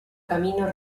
camino